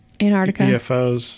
Antarctica